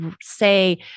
say